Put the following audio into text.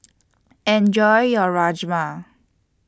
Enjoy your Rajma